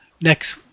next